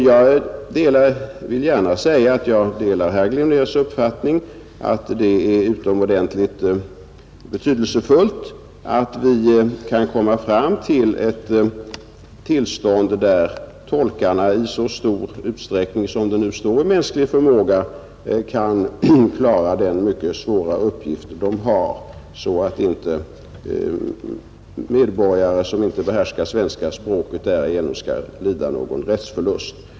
Jag vill dock gärna säga att jag delar herr Glimnérs uppfattning att det är utomordentligt betydelsefullt att vi kan komma fram till ett sådant tillstånd, att tolkarna i så stor utsträckning som det står i mänsklig förmåga kan klara den mycket svåra uppgift de har, så att en medborgare, som inte behärskar det svenska språket, inte därigenom skall lida någon rättsförlust.